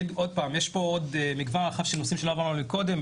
יש פה עוד מגוון רחב של נושאים שלא עברנו עליהם קודם.